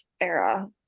era